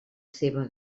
seva